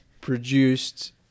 produced